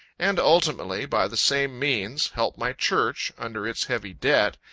and ultimately, by the same means, help my church, under its heavy debt,